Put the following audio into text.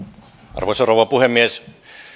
arvoisa rouva puhemies